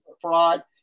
fraud